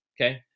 okay